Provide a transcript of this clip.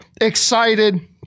excited